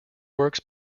works